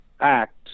act